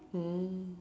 mm